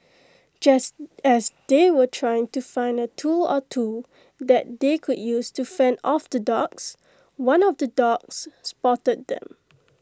just as they were trying to find A tool or two that they could use to fend off the dogs one of the dogs spotted them